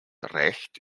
recht